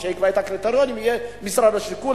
מי שיקבע את הקריטריונים יהיה משרד השיכון,